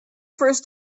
first